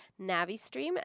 NaviStream